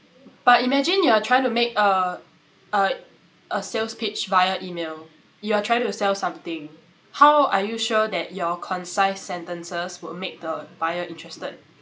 but imagine you are trying to make uh uh a sales pitch via email you are trying to sell something how are you sure that your concise sentences would make the buyer interested